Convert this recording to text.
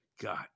God